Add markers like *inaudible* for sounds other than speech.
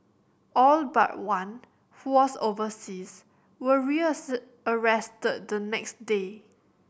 all but one who was overseas were *unintelligible* the next day